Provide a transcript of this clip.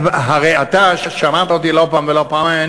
הרי אתה שמעת אותי לא פעם ולא פעמיים.